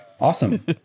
Awesome